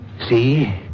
See